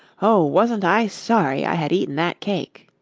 oh, wasn't i sorry i had eaten that cake.